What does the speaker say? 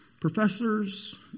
professors